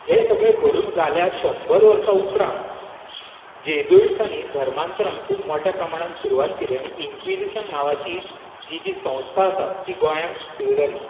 हें सगलें घडून जाल्या शंबर वर्सा उपरान जेजुइट्सानी धर्मांतरण खूब मोठ्या प्रमाणांत सुरवात केलें आनी इन्क्विजीशन नांवाची ही जी संस्था आसा ती गोंयांत सुरू जाली